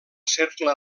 cercle